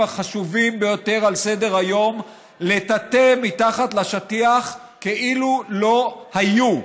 החשובים ביותר על סדר-היום לטאטא מתחת לשטיח כאילו לא היו.